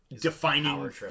defining